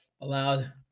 allowed